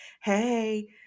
Hey